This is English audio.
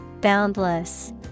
Boundless